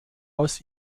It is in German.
aus